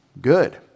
Good